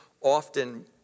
often